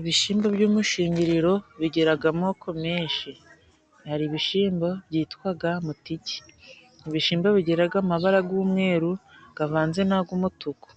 ibishimbo by'umushingiriro bigiraga amoko menshi. Hari ibishimbo byitwaga mutiki, ibishimbo bigiraga amabara g'umweru gavanze n'ag'umutuku.